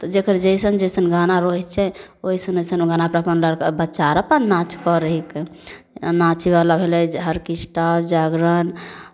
तऽ जकर जैसन जैसन गाना रहै छै ओइसन ओइसन ओ गानापर लड़का बच्चा अर अपन नाच करै हिकै नाचवला भेलै आर्केस्ट्रा जागरण